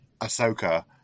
Ahsoka